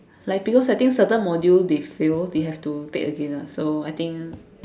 like because I think certain module they fail they have to take again lah so I think